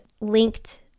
linked